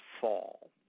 fall